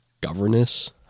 governess